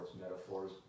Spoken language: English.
metaphors